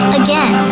again